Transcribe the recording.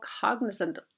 cognizant